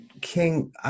King